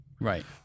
Right